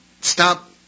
stop